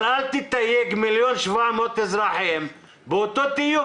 אבל אל תתייג 1.7 מיליון אזרחים באותו תיוג.